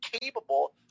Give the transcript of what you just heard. capable